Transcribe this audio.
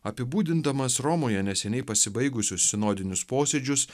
apibūdindamas romoje neseniai pasibaigusius sinodinius posėdžius